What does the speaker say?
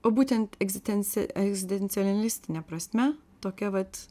o būtent egzistencija egzistencialistine prasme tokia vat